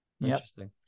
interesting